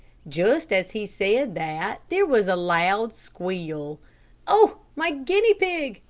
just as he said that there was a loud squeal oh, my guinea pig,